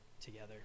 together